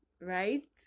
Right